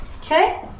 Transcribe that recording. Okay